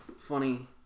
funny